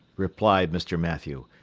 replied mr. mathew,